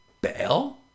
bail